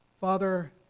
Father